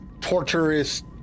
torturous